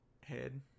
Head